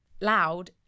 loud